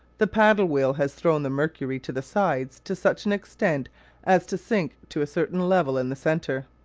the paddle-wheel has thrown the mercury to the sides to such an extent as to sink to a certain level in the centre.